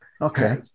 okay